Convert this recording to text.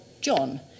John